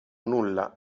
nulla